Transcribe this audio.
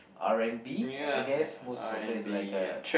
R and B I guess most of it is like uh